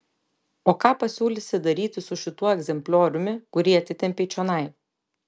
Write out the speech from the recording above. o ką pasiūlysi daryti su šituo egzemplioriumi kurį atitempei čionai